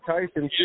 Tyson